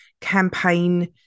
campaign